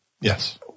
Yes